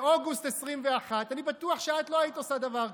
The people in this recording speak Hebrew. באוגוסט 2021, אני בטוח שאת לא היית עושה דבר כזה,